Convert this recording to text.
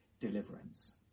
deliverance